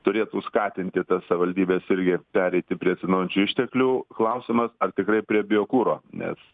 turėtų skatinti tas savivaldybes irgi pereiti prie atsinaujinančių išteklių klausimas ar tikrai prie biokuro nes